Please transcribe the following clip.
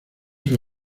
sus